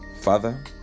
Father